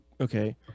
Okay